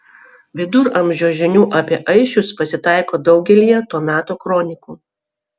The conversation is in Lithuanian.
viduramžio žinių apie aisčius pasitaiko daugelyje to meto kronikų